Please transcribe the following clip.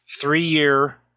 three-year